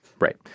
Right